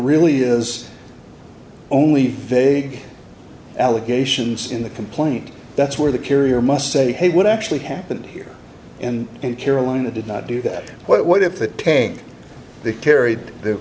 really is only vague allegations in the complaint that's where the carrier must say hey what actually happened here in carolina did not do that what if the tank carried the